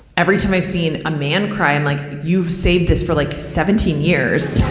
every time i've seen a man cry, i'm like, you've saved this for like seventeen years,